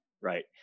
Right